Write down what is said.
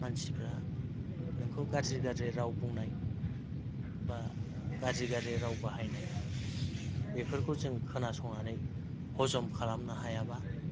मानसिफ्रा नोंखौ गाज्रि गाज्रि राव बुंनाय बा गाज्रि गाज्रि राव बाहायनाय बेफोरखौ जों खोनासंनानै हजम खालामनो हायाबा